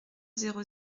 zéro